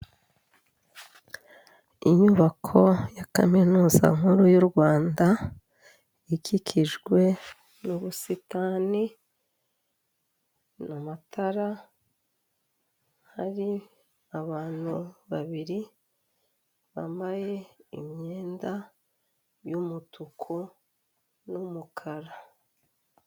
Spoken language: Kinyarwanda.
Inyubako ya kaminuza nkuru y'u Rwanda ikikijwe n'ubusitani, amatara, hari abantu babiri bambaye imyenda y'umutuku n'umukara.